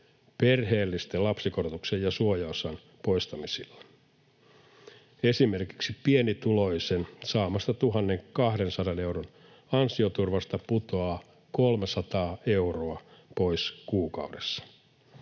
perheellisten lapsikorotuksen ja suojaosan poistamisilla. Esimerkiksi pienituloisen saamasta 1 200 euron ansioturvasta putoaa 300 euroa pois kuukaudessa.